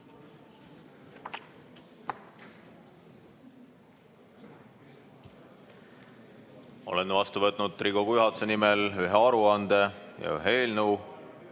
Olen vastu võtnud Riigikogu juhatuse nimel ühe aruande ja ühe eelnõu.